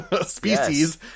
species